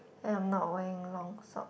and I'm not wearing long sock